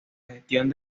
gestión